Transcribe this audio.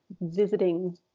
visiting